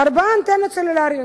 ארבע אנטנות סלולריות.